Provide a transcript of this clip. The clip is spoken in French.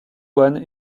one